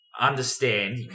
Understand